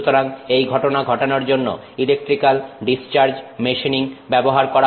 সুতরাং এই ঘটনা ঘটানোর জন্য ইলেকট্রিক্যাল ডিসচার্জ মেশিনিং ব্যবহার করা হয়